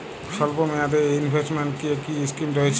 স্বল্পমেয়াদে এ ইনভেস্টমেন্ট কি কী স্কীম রয়েছে?